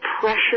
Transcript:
pressure